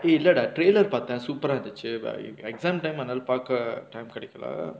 dey இல்லடா:illadaa trailer பாத்த:paaththa super ah இருந்துச்சு:irunthuchu but exam time அதனால பாக்க:athanaala paakka time கெடைகல்ல:kedaikalla